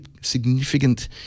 significant